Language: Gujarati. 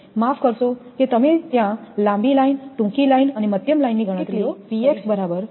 માફ કરશો કે તમે ત્યાં લાંબી લાઇન ટૂંકી લાઇન અને મધ્યમ લાઇન ની ગણતરીઓ કરી છે